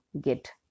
get